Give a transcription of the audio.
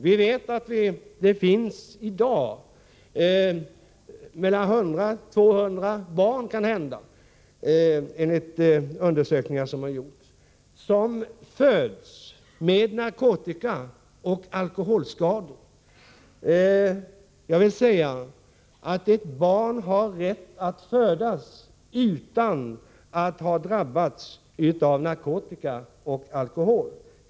Vi vet att det i dag finns mellan 100 och 200 barn — enligt undersökningar som gjorts — som föds med narkotikaoch alkoholskador. Ett barn måste ha rätt att födas utan att ha drabbats av narkotika och alkohol.